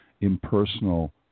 impersonal